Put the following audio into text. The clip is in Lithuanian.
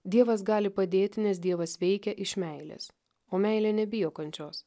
dievas gali padėti nes dievas veikia iš meilės o meilė nebijo kančios